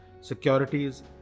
securities